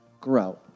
grow